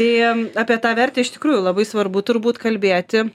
tai apie tą vertę iš tikrųjų labai svarbu turbūt kalbėti